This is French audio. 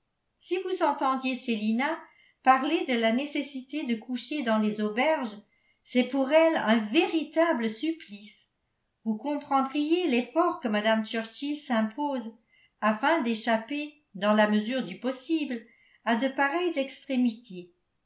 si vous entendiez célina parler de la nécessité de coucher dans les auberges c'est pour elle un véritable supplice vous comprendriez l'effort que mme churchill s'impose afin d'échapper dans la mesure du possible à de pareilles extrémités